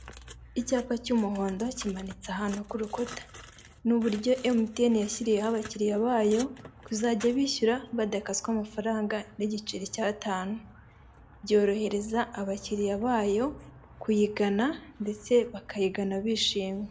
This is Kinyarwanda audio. Icyapa cy'umuhondo kimanitse ahantu k'urukuta, n'uburyo emutiyene yashyiriyeho abakiriya bayo kuzajya bishyura badakaswe amafaranga n'igiceri cy'atanu byorohereza abakiriya bayo kuyigana ndetse bakayigana bishimye.